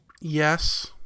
Yes